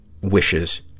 wishes